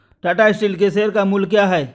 Tata steel के शेयर का मूल्य क्या है?